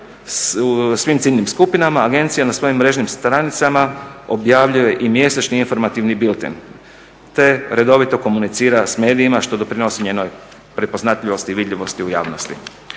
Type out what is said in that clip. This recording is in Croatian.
svim ciljnim skupinama agencija na svojim mrežnim stranicama objavljuje i mjesečni informativni bilten, te redovito komunicira sa medijima što doprinosi njenoj prepoznatljivosti i vidljivosti u javnosti.